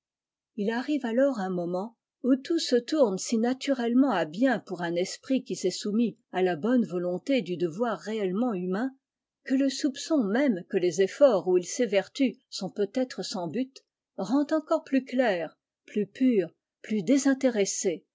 visite arrive alors un moment oti tout se tourne si naturellement à bien pour un esprit qui s'est soumis à la bonne volonté du devoir réellement humain que le soupçon même que les efforts où il s'évertue sont peut-être sans but rend encore plus laire plus pure plus désintéressée